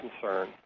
concern